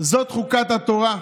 "זאת חֻקת התורה".